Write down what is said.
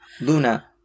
Luna